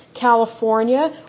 California